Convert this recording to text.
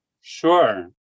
Sure